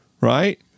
right